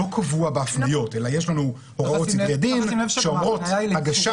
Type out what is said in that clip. לא קבוע בהפניות אלא יש לנו הוראות סדרי דין שאומרות הגשה